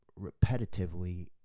repetitively